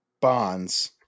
Bond's